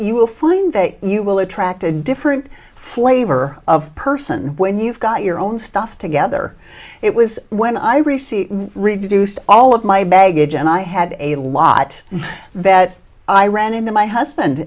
you will find that you will attract a different flavor of person when you've got your own stuff together it was when i received reduced all of my baggage and i had a lot that i ran into my husband